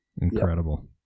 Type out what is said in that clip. Incredible